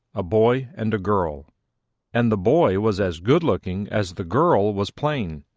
a boy and a girl and the boy was as good-looking as the girl was plain.